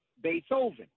Beethoven